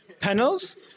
panels